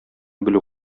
белү